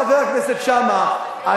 חבר הכנסת שאמה,